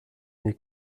n’est